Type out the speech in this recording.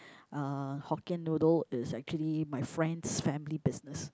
uh Hokkien noodle is actually my friend's family business